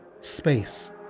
Space